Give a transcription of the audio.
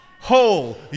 Whole